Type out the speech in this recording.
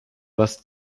was